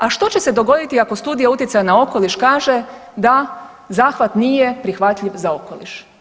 A što će se dogoditi ako studija utjecaja na okoliš kaže da zahvat nije prihvatljiv za okoliš?